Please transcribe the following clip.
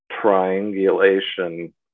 triangulation